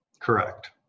Correct